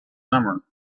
summer